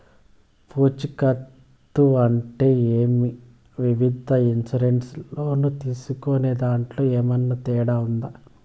పూచికత్తు అంటే ఏమి? వివిధ ఇన్సూరెన్సు లోను తీసుకునేదాంట్లో ఏమన్నా తేడా ఉందా?